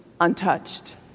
untouched